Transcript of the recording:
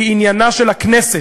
הוא עניינה של הכנסת.